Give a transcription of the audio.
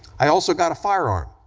i also got a firearm.